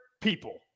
people